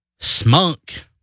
Smunk